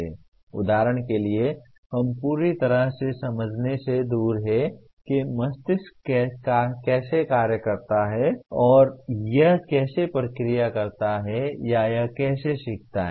उदाहरण के लिए हम पूरी तरह से समझने से दूर हैं कि मस्तिष्क कैसे कार्य करता है और यह कैसे प्रक्रिया करता है या यह कैसे सीखता है